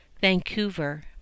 Vancouver